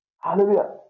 Hallelujah